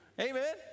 Amen